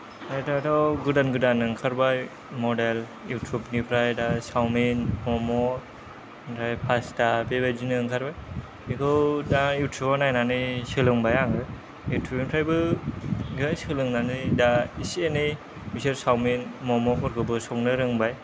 ओमफ्राय दाथ' गोदान गोदान ओंखारबाय मडेल इउटुबनिफ्राय दा चावमिन म'म' ओमफ्राय पास्टा बेबादिनो ओंखारबाय बेखौ दा इउटुबाव नायनानै सोलोंबाय आङो इउटुबनिफ्रायबो बिदिनो सोलोंनानै दा एसे एनै बिसोर चावमिन मम'फोरखौबो संनो रोंबाय